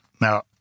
Now